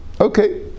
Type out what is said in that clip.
Okay